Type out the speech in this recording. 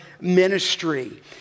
ministry